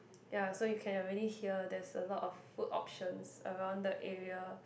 ya so you can already hear there's a lot of food options around the area